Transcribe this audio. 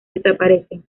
desaparecen